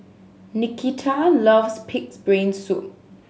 Nikita loves Pig's Brain Soup